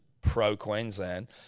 pro-Queensland